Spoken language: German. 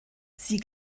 sie